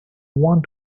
want